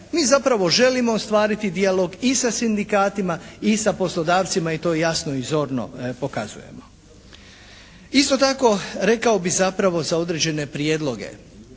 mi zapravo želimo ostvariti dijalog i sa sindikatima i sa poslodavcima i to jasno i zorno pokazujemo. Isto tako rekao bih zapravo za određene prijedloge.